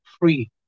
free